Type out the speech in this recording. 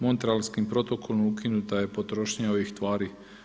Montrealskim protokolom ukinuta je potrošnja ovih tvari.